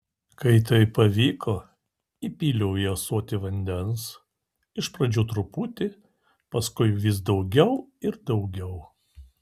kai tai pavyko įpyliau į ąsotį vandens iš pradžių truputį paskui vis daugiau ir daugiau